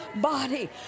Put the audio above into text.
body